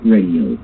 Radio